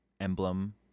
emblem